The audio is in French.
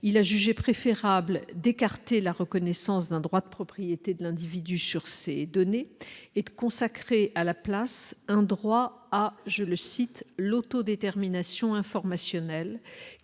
il a jugé préférable d'écarter la reconnaissance d'un droit de propriété de l'individu sur ces données et consacré à la place un droit à je le cite : l'autodétermination informationnelle